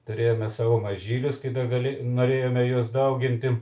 turėjome savo mažylius kai dar gali norėjome juos dauginti